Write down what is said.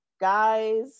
Guys